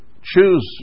choose